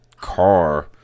car